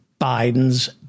Biden's